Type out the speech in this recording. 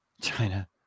China